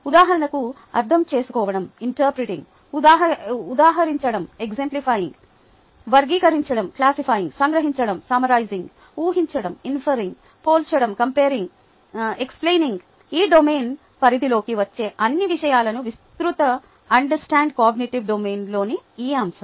ఉదాహరణకు అర్థం చేసుకోవడం ఉదహరించడం వర్గీకరించడం సంగ్రహించడం ఊహించడం పోల్చుడం ఎక్ష్ప్ళైనింగ్ ఈ డొమైన్ పరిధిలోకి వచ్చే అన్ని విషయాలను వివరిస్తూ అండర్స్టాండ్ కాగ్నిటివ్ డొమైన్లోని ఈ అంశం